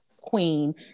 queen